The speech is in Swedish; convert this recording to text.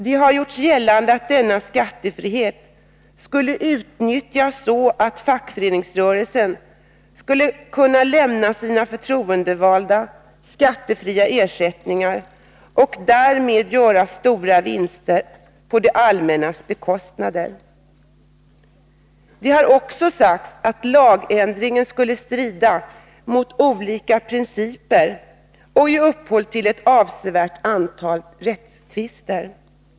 Det har gjorts gällande att denna skattefrihet skulle utnyttjas så att fackföreningsrörelsen skulle kunna lämna sina förtroendevalda skattefria ersättningar och därmed göra stora vinster på det allmännas bekostnad. Det har också sagts att lagändringen skulle strida mot olika principer och ge upphov till ett avsevärt antal rättstvister.